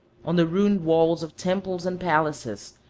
on the ruined walls of temples and palaces,